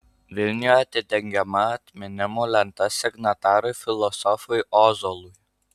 vilniuje atidengiama atminimo lenta signatarui filosofui ozolui